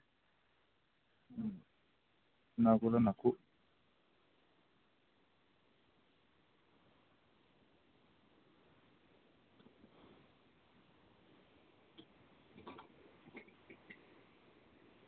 ᱦᱩᱸ ᱚᱱᱟᱠᱚᱨᱮᱱ ᱦᱟᱠᱩ